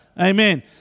Amen